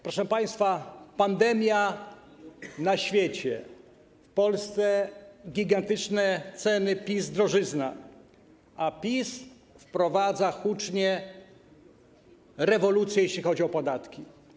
Proszę państwa, pandemia na świecie, w Polsce gigantyczne ceny, PiS - drożyzna, a PiS hucznie wprowadza rewolucję, jeśli chodzi o podatki.